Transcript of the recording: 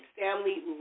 family